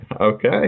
Okay